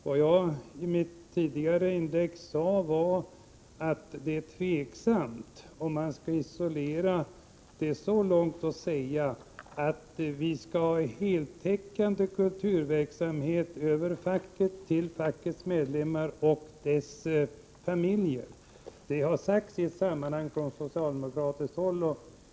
Vad jag i mitt tidigare inlägg sade var att det är tvivelaktigt om man skall isolera den här frågan och säga att det skall finnas en heltäckande kulturverksamhet över facket för fackets medlemmar och deras familjer. Detta har i något sammanhang sagts från socialdemokratiskt håll.